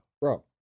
Bro